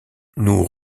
nous